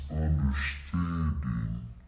understanding